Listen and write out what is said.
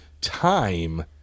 time